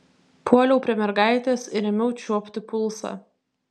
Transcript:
puoliau prie mergaitės ir ėmiau čiuopti pulsą